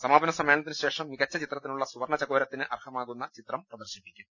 സമാപന സമ്മേളനത്തിന് ശേഷം മികച്ച ചിത്രത്തിനുള്ള സുവർണ്ണ ചകോരത്തിന് അർഹമാകുന്ന ചിത്രം പ്രദർശിപ്പിക്കും